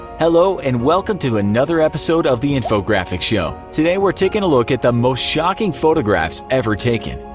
hello and welcome to another episode of the infographics show today we're taking a look at the most shocking photographs ever taken.